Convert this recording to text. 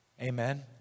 Amen